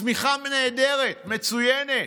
צמיחה נהדרת, מצוינת.